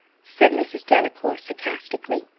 said mrs. delacour, sarcastically,